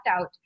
out